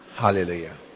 Hallelujah